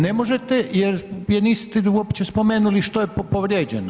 Ne možete jer je niste uopće spomenuli što je povrijeđeno.